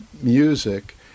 music